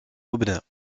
aubenas